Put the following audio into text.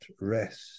rest